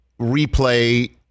replay